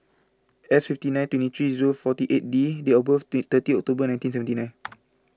S fifty nine twenty three zero forty eight D date of birth is thirty October nineteen seventy nine